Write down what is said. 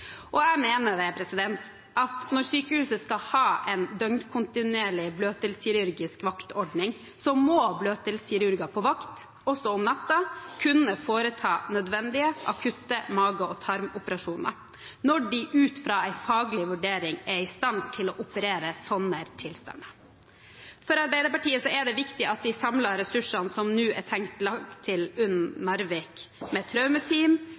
Jeg mener at når sykehuset skal ha en døgnkontinuerlig bløtdelskirurgisk vaktordning, må bløtdelskirurger på vakt også om natta kunne foreta nødvendige, akutte mage- og tarmoperasjoner når de ut fra en faglig vurdering er i stand til å operere sånne tilstander. For Arbeiderpartiet er det viktig at de samlede ressursene som nå er tenkt lagt til UNN Narvik med traumeteam,